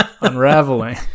unraveling